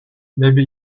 maybe